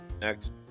next